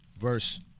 verse